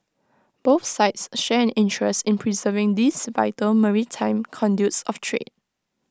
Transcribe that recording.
both sides share an interest in preserving these vital maritime conduits of trade